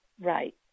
Right